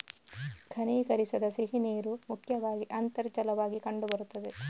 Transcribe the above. ಘನೀಕರಿಸದ ಸಿಹಿನೀರು ಮುಖ್ಯವಾಗಿ ಅಂತರ್ಜಲವಾಗಿ ಕಂಡು ಬರುತ್ತದೆ